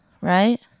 Right